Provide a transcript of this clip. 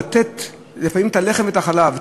לתת לפעמים את הלחם ואת החלב,